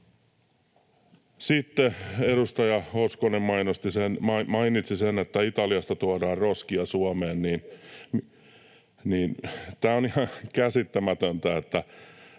Sitten edustaja Hoskonen mainitsi, että Italiasta tuodaan roskia Suomeen. Tämä on ihan käsittämätöntä,